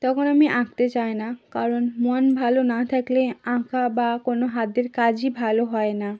তখন আমি আঁকতে চাই না কারণ মন ভালো না থাকলে আঁকা বা কোনো হাতের কাজই ভালো হয় না